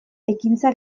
ekintza